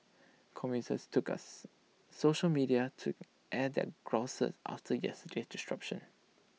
commuters took us social media to air their grouses after yesterday's disruption